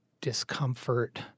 discomfort